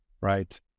right